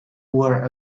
were